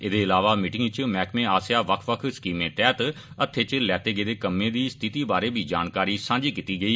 एदे इलावा मीटिंगै च मैहकमे आसेया बक्ख बक्ख स्कीमें तैहत हत्थै च लैते गेदे कम्में दी स्थिति बारै बी जानकारी सांझी कीती गेई